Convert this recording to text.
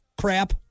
crap